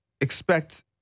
expect